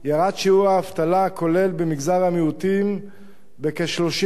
ירד שיעור האבטלה הכולל במגזר המיעוטים בכ-30%,